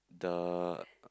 the